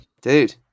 Dude